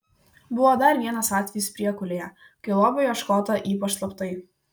buvo dar vienas atvejis priekulėje kai lobio ieškota ypač slaptai